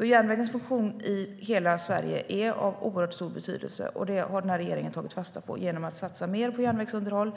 Järnvägens funktion i hela Sverige är alltså av oerhört stor betydelse. Det har den här regeringen tagit fasta på genom att satsa mer på järnvägsunderhåll.